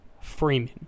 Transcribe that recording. Freeman